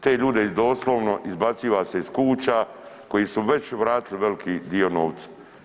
Te ljude doslovno izbaciva se iz kuća koji su već vratili veliki dio novca.